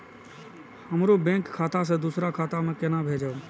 हमरो बैंक खाता से दुसरा खाता में केना भेजम?